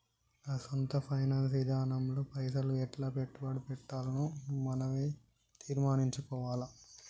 గా సొంత ఫైనాన్స్ ఇదానంలో పైసలు ఎట్లా పెట్టుబడి పెట్టాల్నో మనవే తీర్మనించుకోవాల